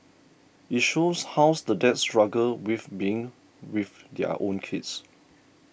it shows how the dads struggle with being with their own kids